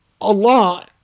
Allah